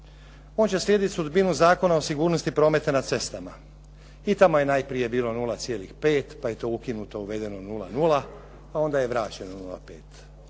On će slijediti sudbinu Zakona o sigurnosti prometa na cestama. I tamo je najprije bilo 0,5, pa je to ukinuto, uvedeno je 0,0, a onda je vraćeno 0,5.